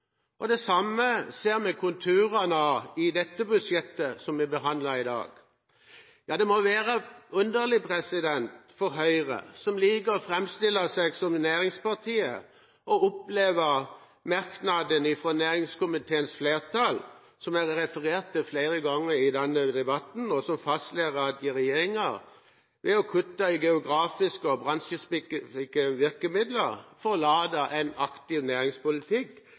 anledninger. Det samme ser vi konturene av i det budsjettet som vi behandler i dag. Det må være underlig for Høyre, som liker å framstille seg som næringspartiet, å oppleve merknaden fra næringskomiteens flertall – som det er referert til flere ganger i denne debatten – som fastslår «at regjeringen ved å kutte i geografiske og bransjespesifikke virkemidler, forlater en aktiv næringspolitikk